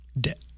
debt